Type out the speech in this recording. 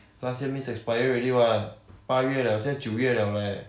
last year means expire already what 八月了现在九月了 leh